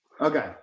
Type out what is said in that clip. Okay